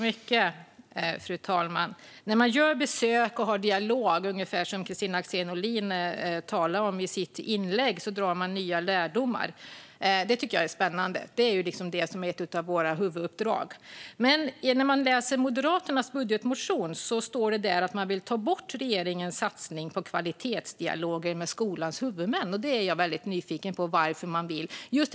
Fru talman! Vid besök och dialog - som Kristina Axén Olin talar om i sitt inlägg - drar man nya lärdomar. Det är spännande, och det är ett av våra huvuduppdrag. Men när man läser Moderaternas budgetmotion ser man att där står att Moderaterna vill ta bort regeringens satsning på kvalitetsdialoger med skolans huvudmän. Jag är nyfiken på varför Moderaterna vill det.